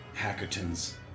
Hackerton's